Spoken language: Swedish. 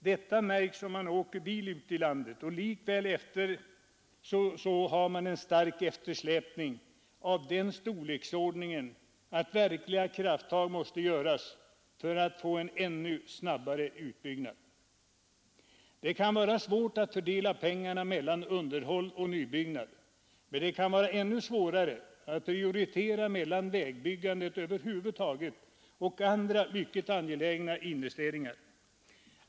Detta märks om man åker bil ute i landet. Men likväl är eftersläpningen av den storleksordningen att verkliga krafttag måste tas för att man skall få en ännu snabbare utbyggnad. Det kan vara svårt att fördela pengarna mellan underhåll och nybyggnad, men det kan vara ännu svårare att prioritera mellan vägbyggandet över huvud taget och andra mycket angelägna investeringar.